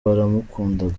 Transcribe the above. baramukundaga